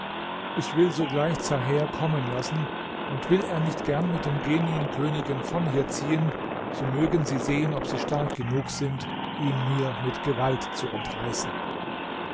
ich will sogleich zaher kommen lassen und will er nicht gern mit den genienkönigen von hier ziehen so mögen sie sehen ob sie stark genug sind ihn mir mit gewalt zu entreißen